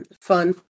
fun